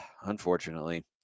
unfortunately